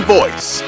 Voice